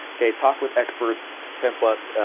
okay, talk with experts ten plus,